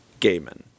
Gaiman